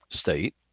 state